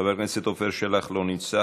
חבר הכנסת עפר שלח, לא נמצא.